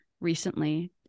recently